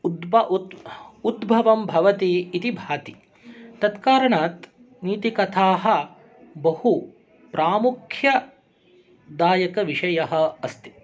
उद्भवं भवति इति भाति तत्कारणात् नीतिकथा बहुप्रामुख्यदायकविषयः अस्ति